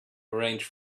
arrange